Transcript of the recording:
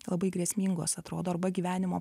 labai grėsmingos atrodo arba gyvenimo